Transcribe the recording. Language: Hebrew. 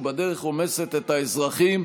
ובדרך רומסת את האזרחים.